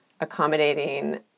accommodating